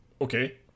Okay